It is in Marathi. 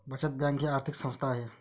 बचत बँक ही आर्थिक संस्था आहे